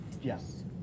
yes